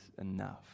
enough